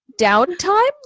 downtime